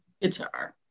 Guitar